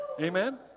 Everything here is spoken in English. Amen